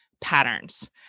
patterns